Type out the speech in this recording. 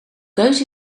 keus